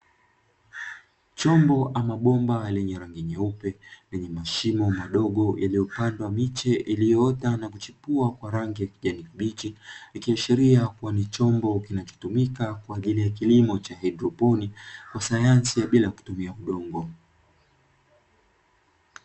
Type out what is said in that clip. Chombo ama bomba lenye rangi nyeupe ,lenye mashimo madogo, yaliyopandwa miche iliyoota na kuchipua kwa rangi ya kijani kibichi, ikiashiria kua ni chombo kinachotumika kwa ajili ya kilimo cha haidroponi ya sayansi bila kutumia udongo.